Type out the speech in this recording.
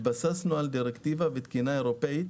התבססנו על דירקטיבה ותקינה אירופאית,